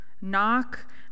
Knock